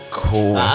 cool